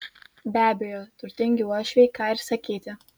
be abejo turtingi uošviai ką ir sakyti